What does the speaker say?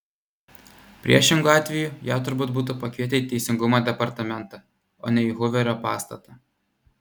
priešingu atveju ją turbūt būtų pakvietę į teisingumo departamentą o ne į huverio pastatą